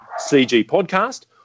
CGPodcast